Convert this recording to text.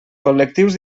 col·lectius